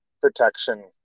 protection